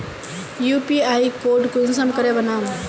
UPI code कुंसम करे बनाम?